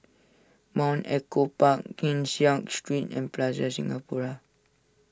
Mount Echo Park Keng Street and Plaza Singapura